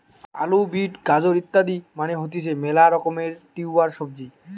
আলু, বিট, গাজর ইত্যাদি মানে হতিছে মেলা রকমের টিউবার সবজি